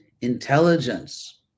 intelligence